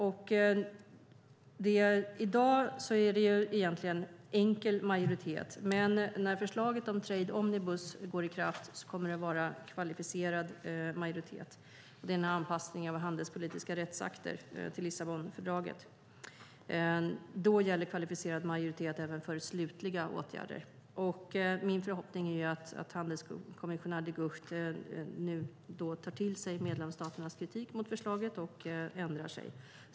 I dag gäller egentligen enkel majoritet, men när förslaget om Trade Omnibus träder i kraft kommer det att bli kvalificerad majoritet. Det är en anpassning av handelspolitiska rättsakter till Lissabonfördraget. Då gäller kvalificerad majoritet även för slutliga åtgärder. Min förhoppning är att handelskommissionär De Gucht tar till sig medlemsstaternas kritik av förslaget och ändrar sig.